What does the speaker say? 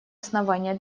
основания